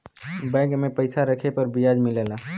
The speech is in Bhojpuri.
बैंक में पइसा रखे पर बियाज मिलला